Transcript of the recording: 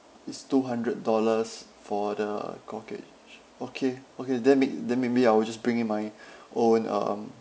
it's two hundred dollars for the corkage okay okay then may~ then maybe I will just bring in my own um